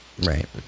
Right